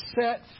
set